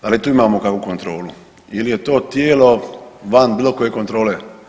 Da li tu imamo kakvu kontrolu ili je to tijelo van bilo kakve kontrole?